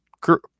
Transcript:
group